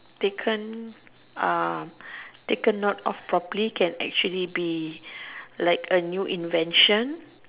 taken uh taken note of properly can actually be a new invention